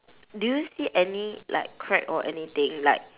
do you see any like crack or anything like